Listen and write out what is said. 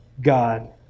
God